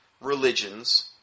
religions